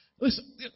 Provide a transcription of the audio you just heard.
Listen